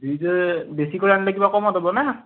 দুইযোৰ বেছিকৈ আনিলে কিবা কমত হ'বনে